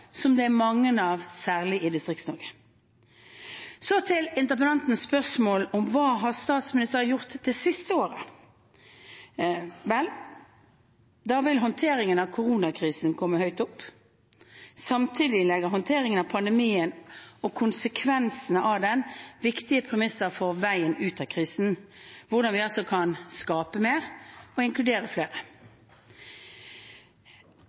som det er mange av, særlig i Distrikts-Norge. Så til interpellantens spørsmål om «hva har statsministeren gjort det siste året». Vel – da vil håndteringen av koronakrisen komme høyt opp. Samtidig legger håndteringen av pandemien og konsekvensene av den viktige premisser for veien ut av krisen, hvordan vi kan skape mer og inkluderer flere.